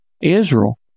Israel